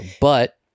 but-